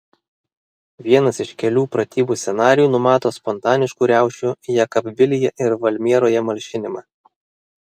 vienas iš kelių pratybų scenarijų numato spontaniškų riaušių jekabpilyje ir valmieroje malšinimą